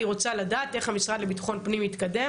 אני רוצה לדעת איך המשרד לביטחון הפנים מתקדם,